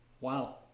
Wow